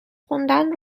خواندن